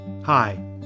Hi